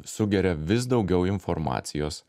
sugeria vis daugiau informacijos